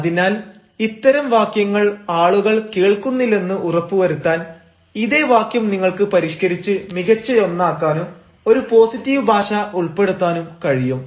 അതിനാൽ ഇത്തരം വാക്യങ്ങൾ ആളുകൾ കേൾക്കുന്നില്ലെന്ന് ഉറപ്പു വരുത്താൻ ഇതേ വാക്യം നിങ്ങൾക്ക് പരിഷ്കരിച്ച് മികച്ചയൊന്നാക്കാനും ഒരു പോസിറ്റീവ് ഭാഷ ഉൾപ്പെടുത്താനും കഴിയും